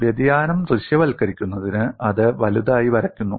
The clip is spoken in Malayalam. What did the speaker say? വ്യതിയാനം ദൃശ്യവൽക്കരിക്കുന്നതിന് അത് വലുതായി വരയ്ക്കുന്നു